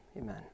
amen